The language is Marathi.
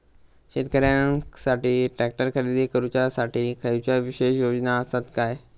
शेतकऱ्यांकसाठी ट्रॅक्टर खरेदी करुच्या साठी खयच्या विशेष योजना असात काय?